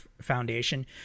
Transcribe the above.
Foundation